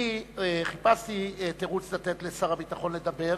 אני חיפשתי תירוץ לתת לשר הביטחון לדבר,